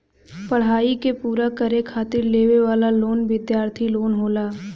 पढ़ाई क पूरा करे खातिर लेवे वाला लोन विद्यार्थी लोन होला